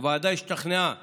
הוועדה השתכנעה